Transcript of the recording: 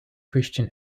christian